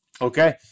Okay